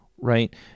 Right